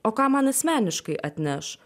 o ką man asmeniškai atneš